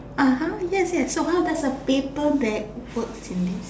(aha) yes yes so how does a paper bag works in this